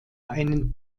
einen